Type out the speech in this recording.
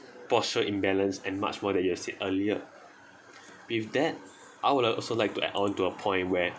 posture imbalance and much more that you had said earlier with that I would also like to add on to a point where